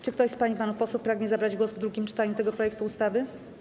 Czy ktoś z pań i panów posłów pragnie zabrać głos w drugim czytaniu tego projektu ustawy?